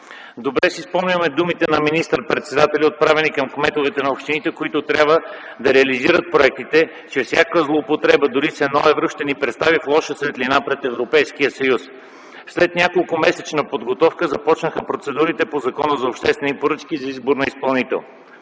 Добре си спомняме думите на министър-председателя, отправени към кметовете на общините, които трябва да реализират проектите, че всяка злоупотреба, дори с едно евро, ще ни представи в лоша светлина пред Европейския съюз. След няколкомесечна подготовка започнаха процедурите по Закона за обществените поръчки за избор на изпълнител.